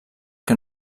que